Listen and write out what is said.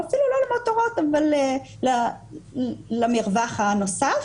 או אפילו לא למותרת אבל למרווח הנוסף,